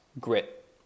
grit